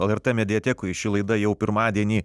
lrt mediatekoje ši laida jau pirmadienį